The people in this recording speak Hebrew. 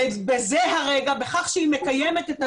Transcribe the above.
הן נמנות על ארגוני הפשיעה ואולי אני אייצג את הנתונים.